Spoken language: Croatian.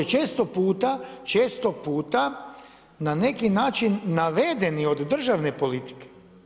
Često puta, često puta na neki način navedeni od državne politike.